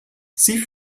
sie